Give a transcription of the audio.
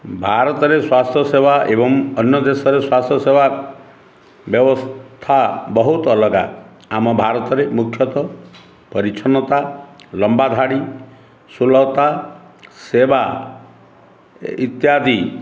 ଭାରତରେ ସ୍ୱାସ୍ଥ୍ୟ ସେବା ଏବଂ ଅନ୍ୟ ଦେଶରେ ସ୍ୱାସ୍ଥ୍ୟ ସେବା ବ୍ୟବସ୍ଥା ବହୁତ ଅଲଗା ଆମ ଭାରତରେ ମୁଖ୍ୟତଃ ପରିଚ୍ଛନ୍ନତା ଲମ୍ବା ଧାଡ଼ି ସୁଲତା ସେବା ଇତ୍ୟାଦି